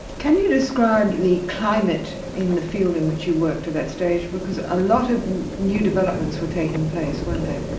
can you describe the climate in the field in which you worked at that stage, because a lot of new developments were taking place, weren't they.